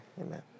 amen